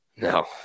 No